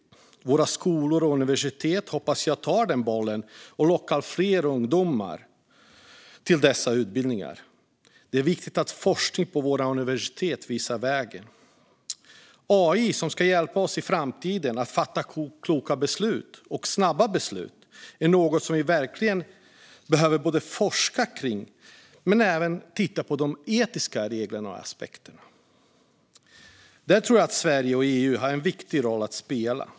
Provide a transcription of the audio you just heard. Jag hoppas att våra skolor och universitet tar den bollen och lockar fler ungdomar till dessa utbildningar. Det är viktigt att forskning på våra universitet visar vägen. AI, som i framtiden ska hjälpa oss att fatta kloka och snabba beslut, är något som vi verkligen behöver forska kring, men vi behöver även titta på de etiska reglerna och aspekterna. Där tror jag att Sverige och EU har en viktig roll att spela.